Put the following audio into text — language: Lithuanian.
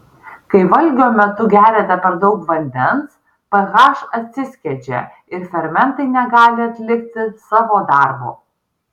kai valgio metu geriate per daug vandens ph atsiskiedžia ir fermentai negali atlikti savo darbo